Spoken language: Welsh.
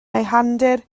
ehangdir